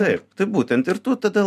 taip tai būtent ir tu tada